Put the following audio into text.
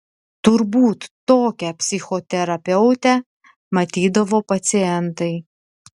turbūt tokią psichoterapeutę matydavo pacientai